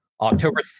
October